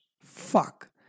Fuck